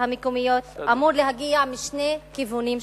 המקומיות אמור להגיע משני כיוונים שונים: